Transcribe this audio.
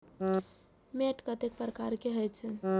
मैंट कतेक प्रकार के होयत छै?